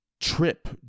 trip